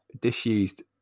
disused